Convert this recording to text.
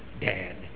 dad